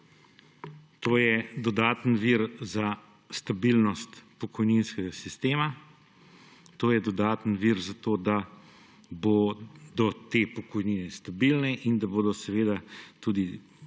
To je dodaten vir za stabilnost pokojninskega sistema. To je dodaten vir za to, da bodo te pokojnine stabilne in da bodo seveda tudi